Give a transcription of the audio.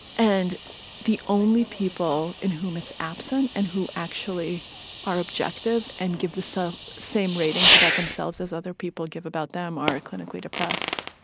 and the only people in whom it's absent and who actually are objective and give the so same ratings about themselves as other people give about them are clinically depressed